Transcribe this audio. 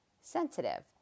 sensitive